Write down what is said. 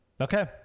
Okay